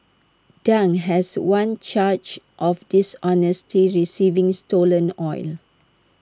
Dang has one charge of dishonesty receiving stolen oil